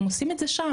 הם עושים את זה שם.